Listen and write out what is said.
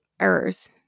errors